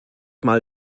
mal